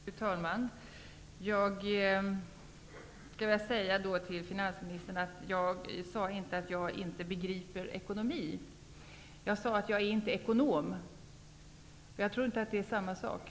Fru talman! Jag skulle vilja säga till finansministern att jag inte sade att jag inte begriper ekonomi. Jag sade att jag inte är ekonom. Jag tror inte att det är samma sak.